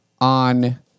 On